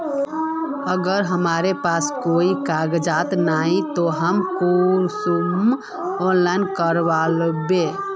अगर हमरा पास कोई कागजात नय है तब हम कुंसम ऑनलाइन करबे?